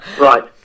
Right